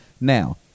Now